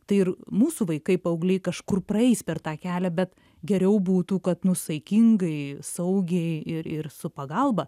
tai ir mūsų vaikai paaugliai kažkur praeis per tą kelią bet geriau būtų kad nu saikingai saugiai ir ir su pagalba